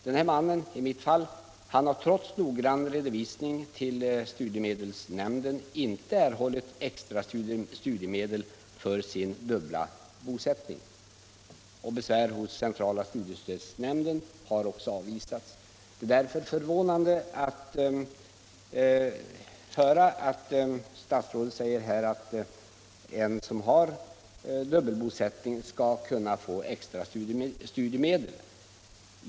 Den man jag talade om har trots noggrann redovisning till studiemedelsnämnden inte erhållit extra studiemedel för sin dubbla bosättning, och besvär hos centrala studiestödsnämnden har också avvisats. Det är därför förvånande att höra statsrådet säga att en person som har dubbelbosättning skall kunna få extra studiemedel.